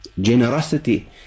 generosity